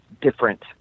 different